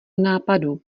nápadů